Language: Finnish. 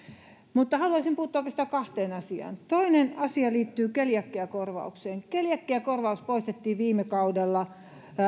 mutta haluaisin puuttua oikeastaan kahteen asiaan toinen asia liittyy keliakiakorvaukseen keliakiakorvaus poistettiin viime kaudella